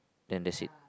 then that's it